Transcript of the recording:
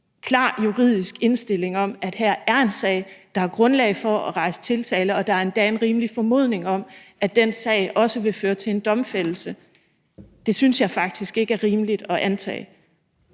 klar juridisk indstilling om, at her er en sag, at der er grundlag for at rejse tiltale, og der er endda en rimelig formodning om, at den sag også vil føre til en domfældelse? Det synes jeg faktisk ikke er rimeligt. Kl.